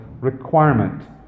requirement